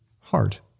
heart